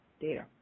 Data